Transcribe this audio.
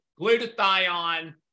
glutathione